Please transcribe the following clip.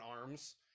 arms